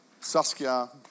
Saskia